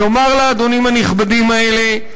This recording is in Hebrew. לומר לאדונים הנכבדים האלה: